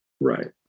Right